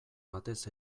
batez